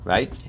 Right